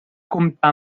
comptar